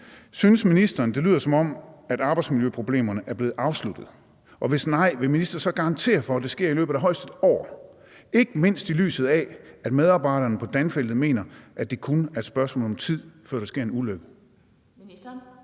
Synes ministeren, at det lyder, som om arbejdsmiljøproblemerne er blevet afsluttet? Hvis ikke, vil ministeren så garantere for, at det sker i løbet af højst et år, ikke mindst set i lyset af at medarbejderne på Danfeltet mener, at det kun er et spørgsmål om tid, før der sker en ulykke?